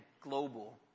global